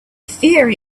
fear